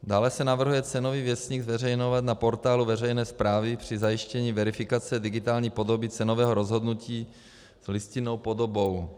Dále se navrhuje Cenový věstník zveřejňovat na portálu veřejné správy při zajištění verifikace digitální podoby cenového rozhodnutí listinnou podobou.